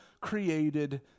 created